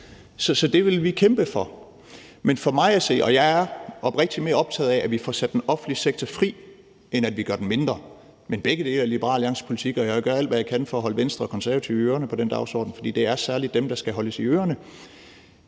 Så det vil vi kæmpe for. Men jeg er oprigtigt mere optaget af, at vi får sat den offentlige sektor fri, end at vi gør den mindre, men begge dele er Liberal Alliance-politik, og jeg vil gøre alt, hvad jeg kan, for at holde Venstre og Konservative i ørerne på den dagsorden, for det er særlig dem, der skal holdes i ørerne.